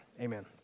amen